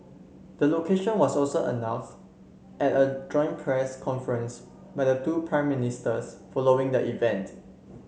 the location was also announced at a joint press conference by the two Prime Ministers following the event